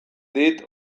dit